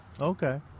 okay